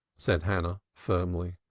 said hannah firmly.